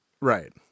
right